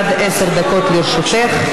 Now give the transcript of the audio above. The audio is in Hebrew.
עד עשר דקות לרשותך.